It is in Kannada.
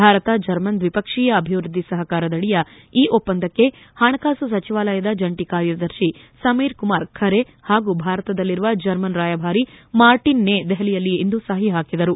ಭಾರತ ಜರ್ಮನ್ ದ್ವಿಪಕ್ಷೀಯ ಅಭಿವೃದ್ಧಿ ಸಹಕಾರದಡಿಯ ಈ ಒಪ್ಪಂದಕ್ಕೆ ಹಣಕಾಸು ಸಚಿವಾಲಯದ ಜಂಟ ಕಾರ್ಯದರ್ಶಿ ಸಮೀರ್ ಕುಮಾರ್ ಖರೆ ಹಾಗೂ ಭಾರತದಲ್ಲಿರುವ ಜರ್ಮನ್ ರಾಯಭಾರಿ ಮಾರ್ಟನ್ ನೇ ದೆಹಲಿಯಲ್ಲಿ ಇಂದು ಸಹಿ ಹಾಕಿದರು